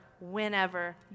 whenever